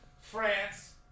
France